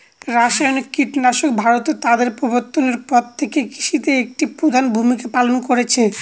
রাসায়নিক কীটনাশক ভারতে তাদের প্রবর্তনের পর থেকে কৃষিতে একটি প্রধান ভূমিকা পালন করেছে